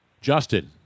Justin